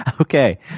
Okay